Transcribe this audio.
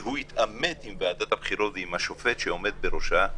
שהוא יתעמת עם ועדת הבחירות ועם השופט שעומד בראשה,